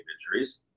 injuries